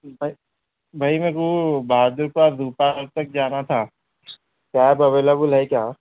بھائی میرے کو بہادر پارک تک جانا تھا کار ایلیول ہے کیا